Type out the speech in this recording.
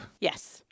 Yes